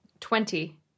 Twenty